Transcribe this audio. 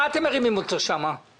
הביתה עובדים עקיפים